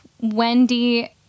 Wendy